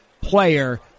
player